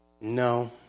No